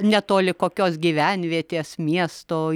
netoli kokios gyvenvietės miesto